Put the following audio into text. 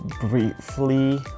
briefly